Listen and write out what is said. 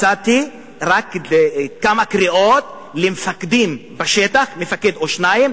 מצאתי רק כמה קריאות למפקדים בשטח, מפקד או שניים,